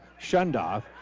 Shundoff